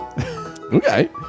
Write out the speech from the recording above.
Okay